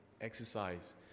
exercise